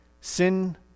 Sin